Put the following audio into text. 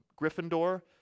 Gryffindor